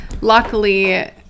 luckily